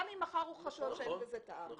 גם אם מחר הוא חושב שאין בזה טעם.